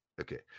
Okay